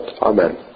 Amen